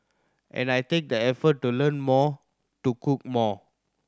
and I take the effort to learn more to cook more